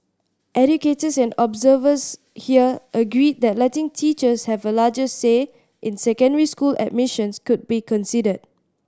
educators and observers here agreed that letting teachers have a larger say in secondary school admissions could be considered